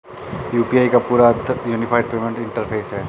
UPI का पूरा अर्थ यूनिफाइड पेमेंट इंटरफ़ेस है